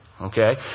Okay